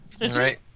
Right